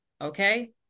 Okay